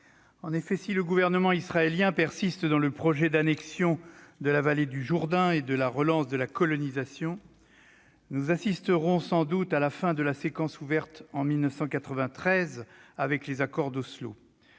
du monde. Si le gouvernement israélien persiste dans le projet d'annexion de la vallée du Jourdain et de relance de la colonisation, nous assisterons sans doute à la fin de la séquence ouverte en 1993 avec les accords d'Oslo.